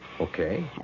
Okay